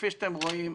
כפי שאתם רואים,